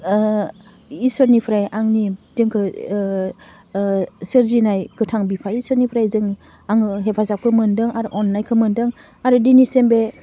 ओह इसोरनिफ्राय आंनि जोंखौ ओह ओह सोरजिनाय गोथां बिफा इसोरनिफ्राय जों आङो हेफाजाबखो मोनदों आरो अन्नायखौ मोनदों आरो दिनैसिम बे